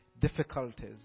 difficulties